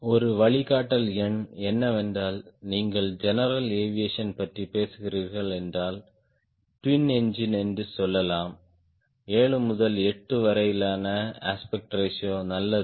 ஒரு வழிகாட்டல் எண் என்னவென்றால் நீங்கள் ஜெனரல் ஏவியேஷன் பற்றி பேசுகிறீர்கள் என்றால் ட்வின் என்ஜின் என்று சொல்லலாம் 7 முதல் 8 வரையிலான அஸ்பெக்ட் ரேஷியோ நல்லது